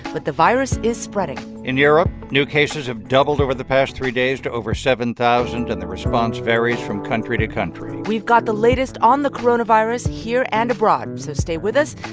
but the virus is spreading in europe, new cases have doubled over the past three days to over seven thousand, and the response varies from country to country we've got the latest on the coronavirus here and abroad. so stay with us.